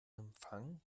empfang